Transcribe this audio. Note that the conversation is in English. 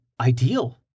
ideal